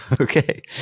Okay